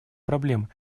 проблем